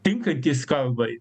tinkantys kalbai